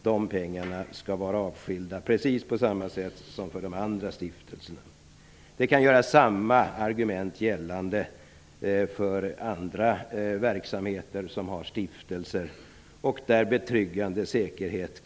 Dessa pengar skall vara avskilda precis på samma sätt som för de andra stiftelserna. Samma argument kan göras gällande för andra verksamheter som har stiftelser och där det finns betryggande säkerheter.